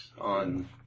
on